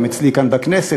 הם אצלי כאן בכנסת,